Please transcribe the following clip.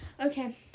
Okay